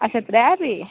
अच्छा त्रै बजे